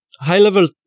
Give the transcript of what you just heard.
high-level